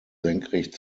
senkrecht